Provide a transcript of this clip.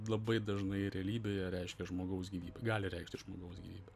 labai dažnai realybėje reiškia žmogaus gyvybę gali reikšti žmogaus gyvybę